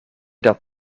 dat